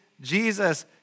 Jesus